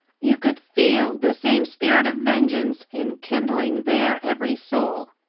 you could feel the same spirit of vengeance enkindling their every soul.